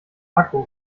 akku